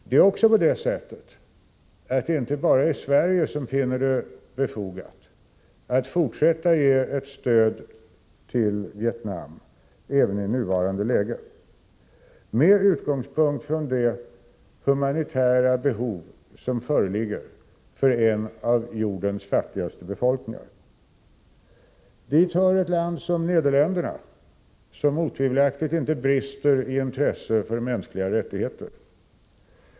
Det är inte heller bara Sverige som finner det befogat att fortsätta att ge stöd till Vietnam även i nuvarande läge med utgångspunkt i de humanitära behov som föreligger för en av jordens fattigaste befolkningar. Till de länder som fortsätter att ge stöd hör Nederländerna, som otvivelaktigt inte brister i intresse för mänskliga rättigheter.